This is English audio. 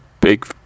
big